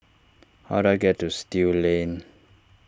how do I get to Still Lane